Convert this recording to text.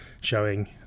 showing